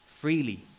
freely